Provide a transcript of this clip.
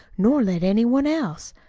nor let any one else.